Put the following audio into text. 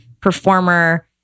performer